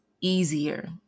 easier